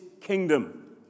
kingdom